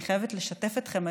אני חייבת לשתף אתכם,